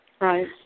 Right